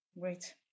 Great